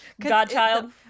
Godchild